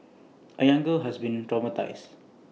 A young girl has been traumatised